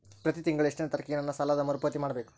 ಪ್ರತಿ ತಿಂಗಳು ಎಷ್ಟನೇ ತಾರೇಕಿಗೆ ನನ್ನ ಸಾಲದ ಮರುಪಾವತಿ ಮಾಡಬೇಕು?